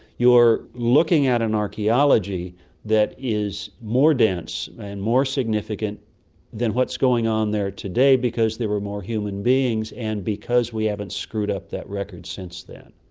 you're looking at an archaeology that is more dense and more significant than what's going on there today because there were more human beings and because we haven't screwed up that record since then.